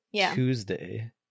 Tuesday